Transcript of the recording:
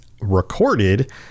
recorded